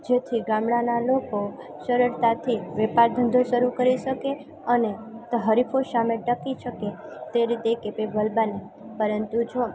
જેથી ગામડાના લોકો સરળતાથી વેપાર ધંધો શરૂ કરી શકે અને હરીફો સામે ટકી શકે તે રીતે કેપેબલ બને પરંતુ જો